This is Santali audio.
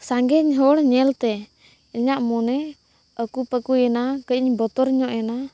ᱥᱟᱸᱜᱮ ᱦᱚᱲ ᱧᱮᱞᱛᱮ ᱤᱧᱟᱹᱜ ᱢᱚᱱᱮ ᱟᱹᱠᱩᱼᱯᱟᱹᱠᱩᱭᱮᱱᱟ ᱠᱟᱹᱡ ᱤᱧ ᱵᱚᱛᱚᱨ ᱧᱚᱜ ᱮᱱᱟ